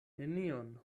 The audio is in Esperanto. nenion